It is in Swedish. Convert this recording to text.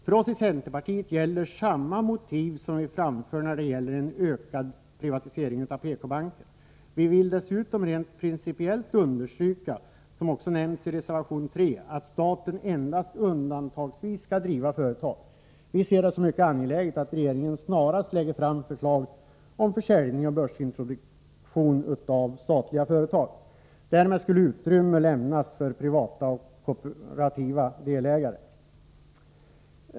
För oss i centerpartiet gäller samma motiv som vi framför när det gäller en ökad privatisering av PK-banken. Dessutom vill vi rent principiellt understryka, vilket nämns i reservation 3, att staten endast undantagsvis skall driva företag. Vi anser det vara mycket angeläget att regeringen snarast lägger fram förslag om försäljning och börsintroduktion av statliga företag. Därmed skulle utrymme beredas för privata och kooperativa delägare.